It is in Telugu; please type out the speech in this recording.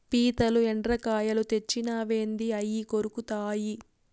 పీతలు, ఎండ్రకాయలు తెచ్చినావేంది అయ్యి కొరుకుతాయి